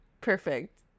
Perfect